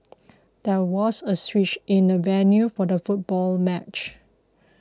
there was a switch in the venue for the football match